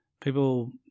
people